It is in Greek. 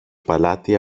παλάτι